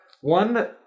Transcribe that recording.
One